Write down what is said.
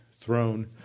throne